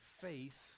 faith